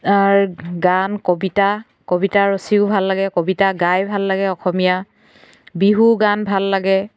R গান কবিতা কবিতা ৰচিও ভাল লাগে কবিতা গাই ভাল লাগে অসমীয়া বিহু গান ভাল লাগে